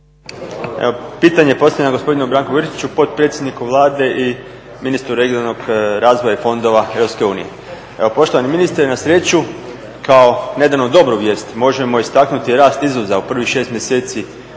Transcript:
Pitanje postavljam gospodinu Branku Grčiću, potpredsjedniku Vlade i ministru regionalnog razvoja i fondova Europske unije. Poštovani ministre, na sreću, kao nedavno dobru vijest možemo istaknuti rast izvoza u prvih 6 mjeseci